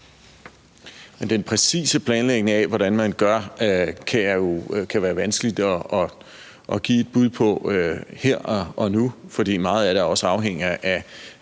Den præcise planlægning af, hvordan man gør, kan være vanskelig at give et bud på her og nu, fordi meget af det også afhænger af